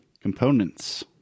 components